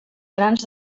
grans